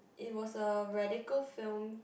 it was a radical film